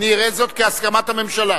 אני אראה זאת כהסכמת ממשלה.